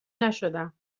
نشدم